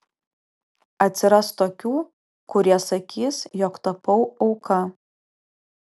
atsiras tokių kurie sakys jog tapau auka